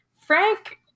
Frank